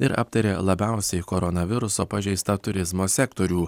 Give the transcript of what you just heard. ir aptarė labiausiai koronaviruso pažeistą turizmo sektorių